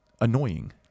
Annoying